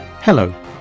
Hello